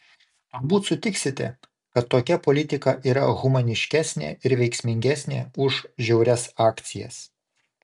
turbūt sutiksite kad tokia politika yra humaniškesnė ir veiksmingesnė už žiaurias akcijas